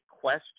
question